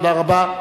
תודה רבה.